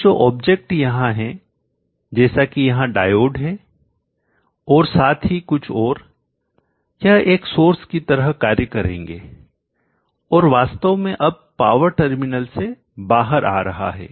और जो ऑब्जेक्ट यहां है जैसा कि यहां डायोड है और साथ ही कुछ और यह एक सोर्स की तरह कार्य करेंगे और वास्तव में अब पावर टर्मिनल से बाहर आ रहा है